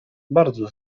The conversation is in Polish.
bardzo